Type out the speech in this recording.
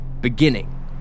beginning